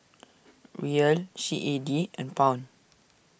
Riel C A D and Pound